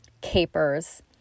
capers